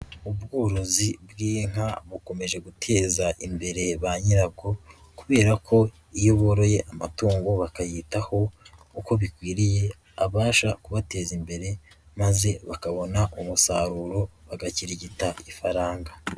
Ubworozi bw'inka bukomeje guteza imbere ba nyirabwo, kubera ko iyo boroye amatungo bakayitaho uko bikwiriye abasha kubateza imbere maze bakabona umusaruro bagakirigita ifaranga.